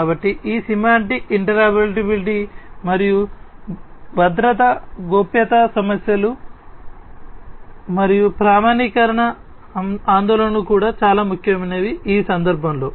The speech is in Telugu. కాబట్టి ఇది సెమాంటిక్ ఇంటర్పెరాబిలిటీ మరియు భద్రత మరియు గోప్యతా సమస్యలు మరియు ప్రామాణీకరణ ఆందోళనలు కూడా చాలా ముఖ్యమైనవి ఈ సందర్భంలో